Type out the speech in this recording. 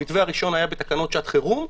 המתווה הראשון היה בתקנות שעת חירום,